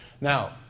Now